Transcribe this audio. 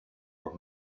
los